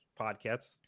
podcasts